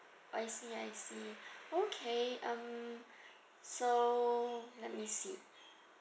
I see I see okay um so let me see